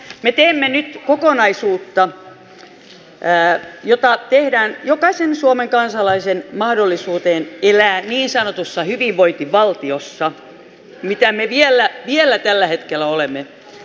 me teemme nyt kokonaisuutta jota tehdään jokaisen suomen kansalaisen mahdollisuuteen elää niin sanotussa hyvinvointivaltiossa mitä me vielä tällä hetkellä olemme